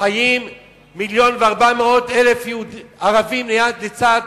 חיים מיליון ו-400,000 ערבים לצד